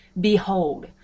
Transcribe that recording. Behold